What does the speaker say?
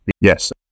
Yes